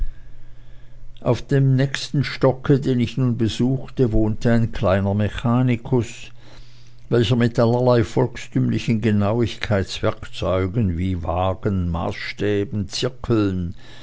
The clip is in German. auf dem nächsten stocke den ich nun besuchte wohnte ein kleiner mechanikus welcher mit allerlei volkstümlichen genauigkeitswerkzeugen wie waagen maßstäben zirkeln